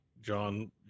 John